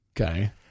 Okay